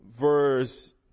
verse